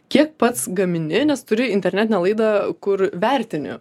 kiek pats gamini nes turi internetinę laidą kur vertini